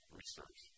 research